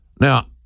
Now